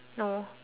no